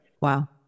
Wow